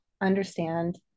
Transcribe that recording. understand